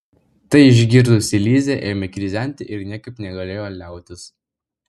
tai išgirdusi lizė ėmė krizenti ir niekaip negalėjo liautis